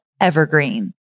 evergreen